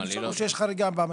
אפשר לרשום שיש חריגה בחודשים.